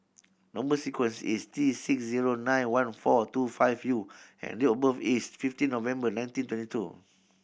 number sequence is T six zero nine one four two five U and date of birth is fifteen November nineteen twenty two